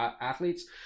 athletes